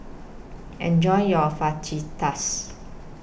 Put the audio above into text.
Enjoy your Fajitas